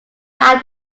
not